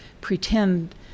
pretend